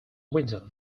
window